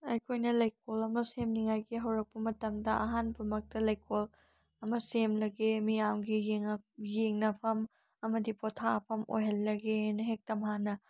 ꯑꯩꯈꯣꯏꯅ ꯂꯩꯀꯣꯜ ꯑꯃ ꯁꯦꯝꯅꯤꯡꯉꯥꯏꯒꯤ ꯍꯧꯔꯛꯄ ꯃꯇꯝꯗ ꯑꯍꯥꯟꯕꯃꯛꯇ ꯂꯩꯀꯣꯜ ꯑꯃ ꯁꯦꯝꯂꯒꯦ ꯃꯤꯌꯥꯝꯒꯤ ꯌꯦꯡꯅꯐꯝ ꯑꯃꯗꯤ ꯄꯣꯊꯥꯐꯝ ꯑꯣꯏꯍꯜꯂꯒꯦꯅ ꯍꯦꯛꯇꯃꯛ ꯍꯥꯟꯅ